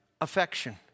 affection